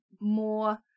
more